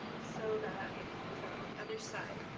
so that i can use that on the other side.